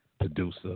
producer